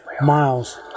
miles